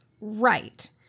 right